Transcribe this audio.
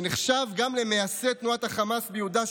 שנחשב גם למייסד תנועת החמאס ביהודה,